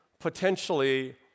potentially